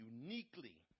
uniquely